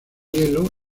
hielo